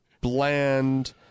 bland